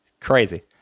Crazy